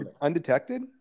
Undetected